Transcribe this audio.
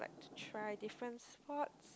try different sports